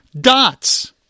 dots